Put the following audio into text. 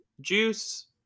Juice